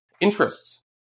Interests